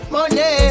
Money